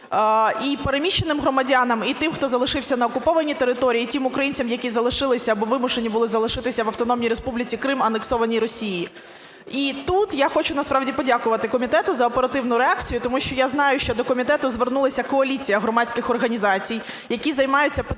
і переміщеним громадянам, і тим, хто залишився на окупованій території, і тим українцям, які залишилися або вимушені були залишитися в Автономній Республіці Крим, анексованій Росією. І тут я хочу, насправді, подякувати комітету за оперативну реакцію, тому що я знаю, що до комітету звернулася коаліція громадських організацій, які займаються